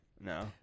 No